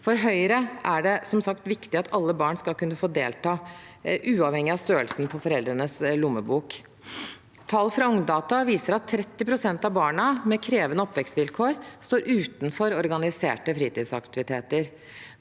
For Høyre er det som sagt viktig at alle barn skal kunne få delta, uavhengig av størrelsen på foreldrenes lommebok. Tall fra Ungdata viser at 30 pst. av barna med krevende oppvekstvilkår står utenfor organiserte fritidsaktiviteter.